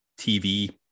TV